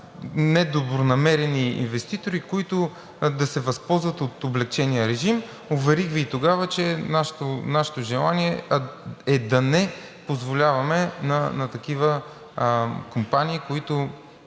недобронамерени инвеститори, които да се възползват от облекчения режим. Уверих Ви и тогава, че нашето желание е да не позволяваме на такива компании, които